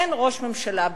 אין ראש ממשלה בישראל.